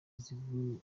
zavuze